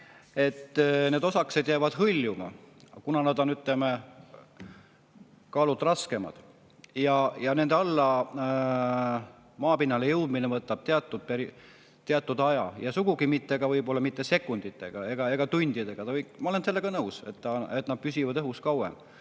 need osakesed jäävad hõljuma, aga nad on, ütleme, kaalult raskemad. Nende alla maapinnale jõudmine võtab teatud aja, [see ei juhtu] sugugi mitte sekundite ega tundidega. Ma olen sellega nõus, et nad püsivad õhus kauem.